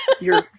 you're-